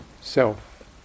self